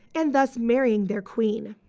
and thus, marrying their queen.